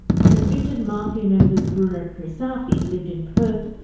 convicted mafia members, bruno crisafi lived in perth,